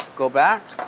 go back,